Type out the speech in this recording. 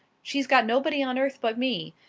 she's got nobody on earth but me.